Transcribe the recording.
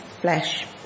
flesh